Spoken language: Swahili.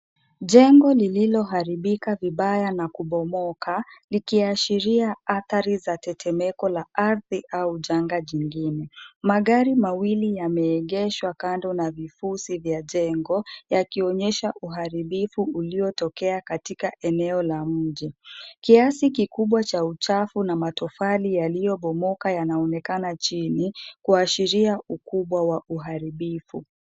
Jengo lililoharibika vibaya na kubomoka likiashiria athari za tetemeko la ardhi au janga jingine. Magari mawili yameegeshwa kando na vifusi vya jengo yakionyesha uharibifu uliotokea katika eneo la mji. Kiasi kikubwa cha uchafu na matofali yaliyobomoka yanaonekana chini kuashiria ukubwa wa uharibifu.